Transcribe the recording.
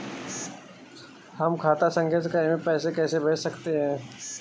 हम खाता संख्या से कहीं भी पैसे कैसे भेज सकते हैं?